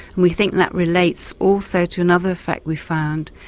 we think that relates also to another fact we found,